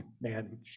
man